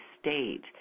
state